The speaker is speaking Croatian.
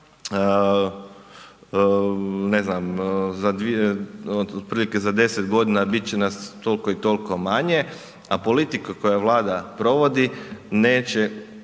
za dvije, otprilike za 10 godina bit će nas toliko i toliko manje, a politika koju vlada provodi neće